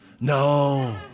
No